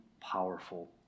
powerful